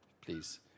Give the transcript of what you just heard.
please